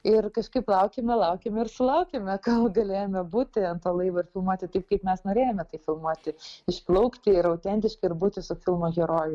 ir kažkaip laukėme laukėme ir sulaukėme galėjome būti ant to laivo ir filmuoti taip kaip mes norėjome tai filmuoti išplaukti ir autentiškai ir būti su filmo heroju